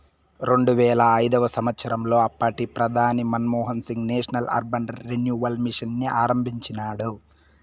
రెండువేల ఐదవ సంవచ్చరంలో అప్పటి ప్రధాని Manmohan Singh national urban renewal mission ని ఆరంభించినాడు